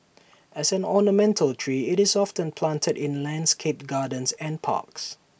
as an ornamental tree IT was often planted in landscaped gardens and parks